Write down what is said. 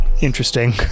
interesting